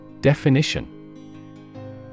Definition